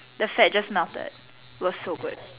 the fat just melted it was so good